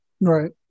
Right